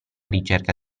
ricerca